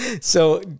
so-